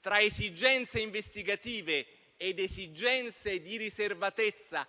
tra esigenze investigative ed esigenze di riservatezza